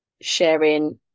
sharing